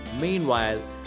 Meanwhile